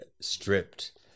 stripped